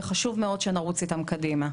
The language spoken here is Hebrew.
וחשוב מאוד שנרוץ איתם קדימה.